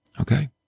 Okay